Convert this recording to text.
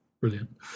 brilliant